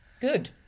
Good